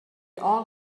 all